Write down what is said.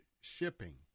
shipping